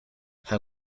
how